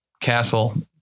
castle